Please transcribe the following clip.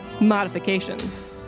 modifications